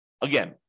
Again